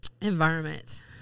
environment